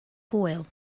hwyl